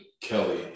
Kelly